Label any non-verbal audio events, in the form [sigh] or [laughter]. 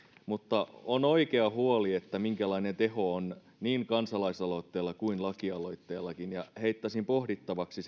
mutta on oikea huoli minkälainen teho on niin kansalaisaloitteella kuin lakialoitteellakin ja heittäisin pohdittavaksi [unintelligible]